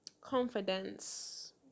confidence